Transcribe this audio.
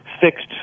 fixed